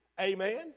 Amen